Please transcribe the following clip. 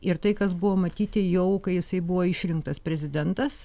ir tai kas buvo matyti jau kai jisai buvo išrinktas prezidentas